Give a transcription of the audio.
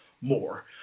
more